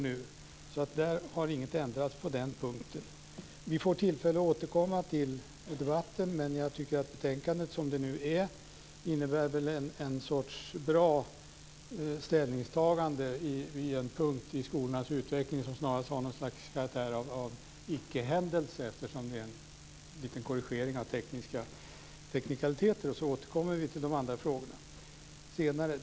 På den punkten har inget ändrats. Vi får tillfälle att återkomma till debatten, men jag tycker att betänkandet som det ser ut innehåller ett bra ställningstagande vid en punkt i skolornas utveckling som snarast har en karaktär av ickehändelse. Det är fråga om en liten korrigering av teknikaliteter, medan vi ska återkomma till de andra frågorna senare.